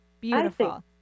Beautiful